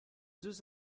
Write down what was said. deux